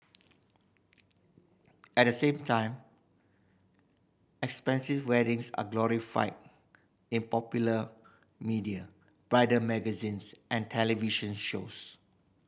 at the same time expensive weddings are glorified in popular media bridal magazines and television shows